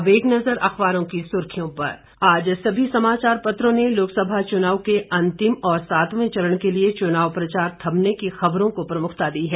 अब एक नज़र अखबारों की सुर्खियों पर आज सभी समाचार पत्रों ने लोकसभा चुनाव के अंतिम और सातवें चरण के लिए चुनाव प्रचार थमने की खबरों को प्रमुखता दी है